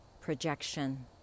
projection